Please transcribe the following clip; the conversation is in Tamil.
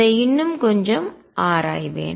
அதை இன்னும் கொஞ்சம் ஆராய்வேன்